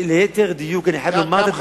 ליתר דיוק אני חייב לומר את הדברים,